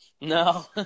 No